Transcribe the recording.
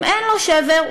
אם אין לו שבר,